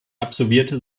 absolvierte